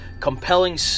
compelling